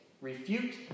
refute